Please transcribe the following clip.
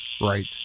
Right